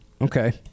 Okay